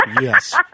Yes